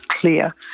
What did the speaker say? clear